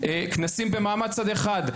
כנסים במעמד צד אחד,